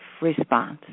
response